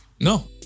No